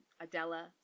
Adela